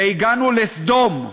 והגענו לסדום,